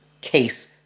case